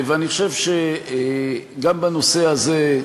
ואני חושב שגם בנושא הזה,